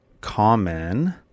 common